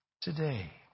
today